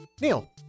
neil